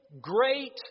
great